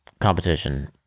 competition